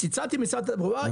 צלצלתי למשרד התחבורה,